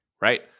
Right